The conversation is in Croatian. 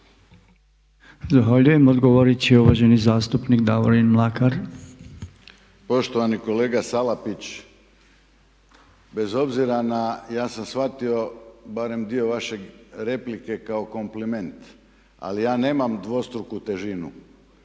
Zahvaljujem. Odgovorit će uvaženi zastupnik Davorin Mlakar. **Mlakar, Davorin (HDZ)** Poštovani kolega Salapić bez obzira na, ja sam shvatio barem dio vaše replike kao kompliment, ali ja nemam dvostruku težinu.